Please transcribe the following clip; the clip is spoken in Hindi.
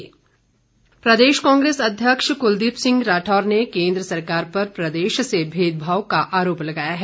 राठौर प्रदेश कांग्रेस अध्यक्ष कुलदीप सिंह राठौर ने केन्द्र सरकार पर प्रदेश से भेदभाव का आरोप लगाया है